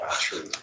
True